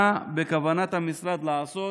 3. מה בכוונת המשרד לעשות